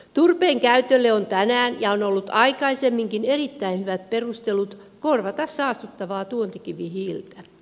turpeen käytölle on tänään ja on ollut aikaisemminkin erittäin hyvät perustelut korvata saastuttavaa tuontikivihiiltä